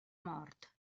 mort